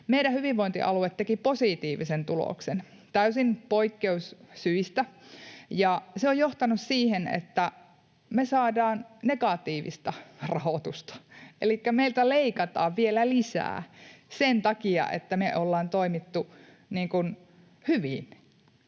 Meidän hyvinvointialue teki positiivisen tuloksen, täysin poikkeussyistä, ja se on johtanut siihen, että me saadaan negatiivista rahoitusta. Elikkä meiltä leikataan vielä lisää sen takia, että me ollaan toimittu hyvin.